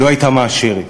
לא הייתה מאשרת.